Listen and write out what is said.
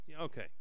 Okay